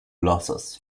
losses